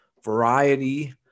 variety